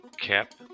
cap